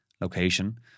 location